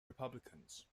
republicans